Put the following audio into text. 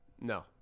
No